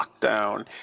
lockdown